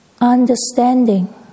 understanding